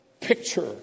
picture